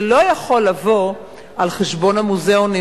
זה לא יכול לבוא על חשבון המוזיאונים,